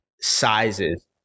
sizes